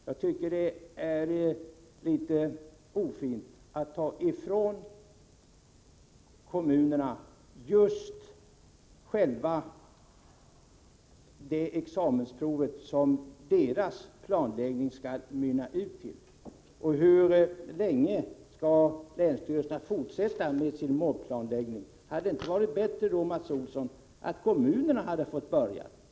Jag tycker det är litet ofint att ta ifrån kommunerna själva det examensprov som deras planläggning skall mynna ut i. Hur länge skall länsstyrelserna fortsätta med sin mobiliseringsplanläggning? Hade det inte varit bättre, Mats Olsson, att kommunerna hade fått börja?